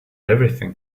everything